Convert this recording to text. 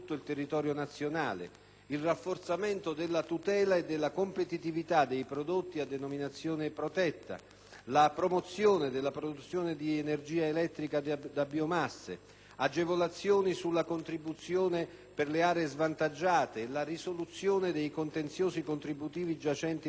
il rafforzamento della tutela e della competitività dei prodotti a denominazione protetta, la promozione della produzione di energia elettrica da biomasse, agevolazioni sulla contribuzione per le aree svantaggiate, la risoluzione dei contenziosi contributivi giacenti presso l'INPS. La senatrice